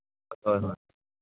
ꯍꯣꯏ ꯍꯣꯏ